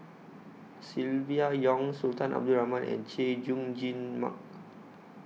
Silvia Yong Sultan Abdul Rahman and Chay Jung Jun Mark